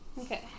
Okay